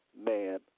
Man